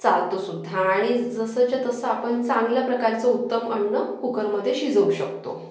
चालतो सुद्धा आणि जसंच्या तसं आपण चांगल्या प्रकारचं उत्तम अन्न कुकरमध्ये शिजवू शकतो